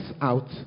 out